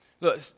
Look